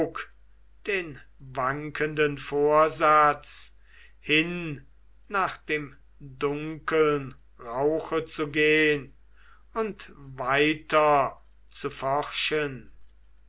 den wankenden vorsatz hin nach dem dunkeln rauche zu gehn und weiter zu forschen